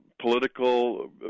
political